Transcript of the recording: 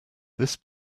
this